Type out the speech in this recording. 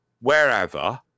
wherever